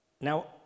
Now